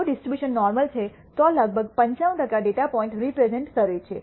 જો distribution normal છે તો લગભગ 95 ટકા ડેટા પોઇન્ટ રેપ્રેઝન્ટ કરે છે